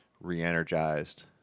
re-energized